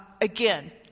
again